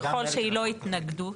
לא יקרה ולא